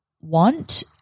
want